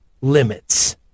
limits